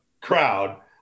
crowd